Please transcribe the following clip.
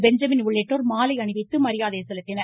Benjamin உள்ளிட்டோர் மாலை அணிவித்து மரியாதை செலுத்தினர்